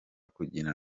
kugira